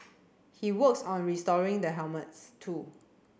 he works on restoring the helmets too